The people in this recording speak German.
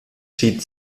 schied